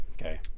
okay